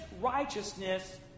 righteousness